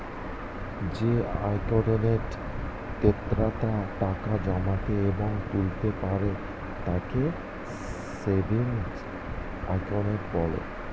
যে অ্যাকাউন্টে ক্রেতারা টাকা জমাতে এবং তুলতে পারে তাকে সেভিংস অ্যাকাউন্ট বলে